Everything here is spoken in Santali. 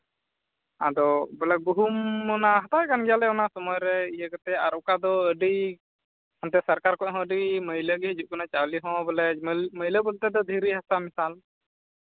ᱟᱫᱚ ᱵᱚᱞᱮ ᱜᱩᱦᱩᱢ ᱚᱱᱟ ᱦᱟᱛᱟᱣᱮᱫ ᱠᱟᱱ ᱜᱮᱭᱟᱞᱮ ᱚᱱᱟ ᱥᱚᱢᱚᱭ ᱨᱮ ᱤᱭᱟᱹ ᱠᱟᱛᱮᱫ ᱟᱨ ᱚᱠᱟ ᱫᱚ ᱟᱹᱰᱤ ᱦᱟᱱᱛᱮ ᱥᱚᱨᱠᱟᱨ ᱠᱷᱚᱱ ᱦᱚᱸ ᱟᱹᱰᱤ ᱢᱟᱹᱭᱞᱟᱹ ᱜᱮ ᱦᱤᱡᱩᱜ ᱠᱟᱱᱟ ᱪᱟᱣᱞᱮ ᱦᱚᱸ ᱵᱚᱞᱮ ᱢᱟᱹᱭᱞᱟᱹ ᱵᱚᱞᱛᱮ ᱫᱚ ᱫᱷᱤᱨᱤ ᱦᱟᱥᱟᱞ ᱢᱮᱥᱟ